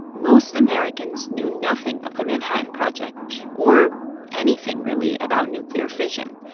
most americans knew nothing of the manhattan project or anything, really, about nuclear fission.